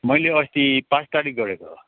मैले अस्ति पाँच तारिक गरेको